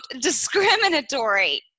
discriminatory